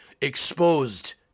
exposed